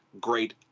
Great